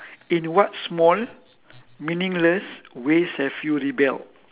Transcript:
in what small meaningless ways have you rebel